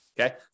okay